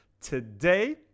today